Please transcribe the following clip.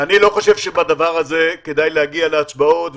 אני לא חושב שבדבר הזה כדאי להגיע להצבעות,